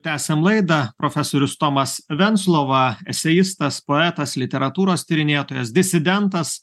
tęsiam laidą profesorius tomas venclova eseistas poetas literatūros tyrinėtojas disidentas